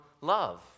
love